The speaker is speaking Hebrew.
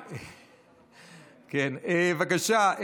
בבקשה.